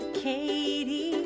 Katie